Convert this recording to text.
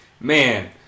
man